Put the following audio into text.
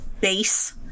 base